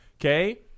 Okay